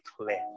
clear